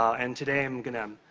ah and today, i'm gonna